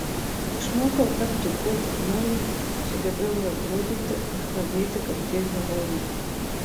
išmokau tapti kuo tik noriu sugebėjau ir atrodyti ir kalbėti kaip tie herojai